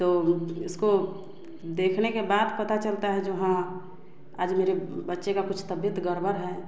तो इसको देखने के बाद पता चलता है जो हाँ आज मेरे बच्चे का कुछ तबीयत गड़बड़ है